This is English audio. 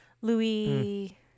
Louis